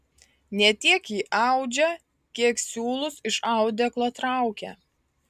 ne tiek ji audžia kiek siūlus iš audeklo traukia